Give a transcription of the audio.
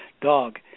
dog